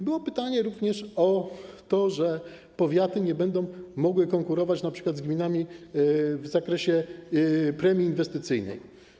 Następne pytanie dotyczyło tego, że powiaty nie będą mogły konkurować np. z gminami w zakresie premii inwestycyjnej.